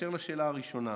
באשר לשאלה הראשונה,